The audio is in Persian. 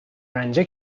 رنجه